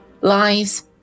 lies